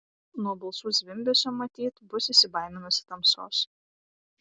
nuo balsų zvimbesio matyt bus įsibaiminusi tamsos